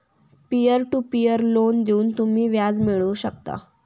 peer to peer loan देऊन तुम्ही व्याज मिळवू शकता